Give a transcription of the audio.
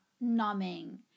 numbing